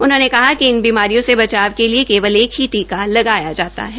उन्होंने कहा कि इन बीमारियों से बचाव के लिए केवल एक ही टीका लगाया जाता है